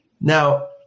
Now